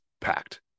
packed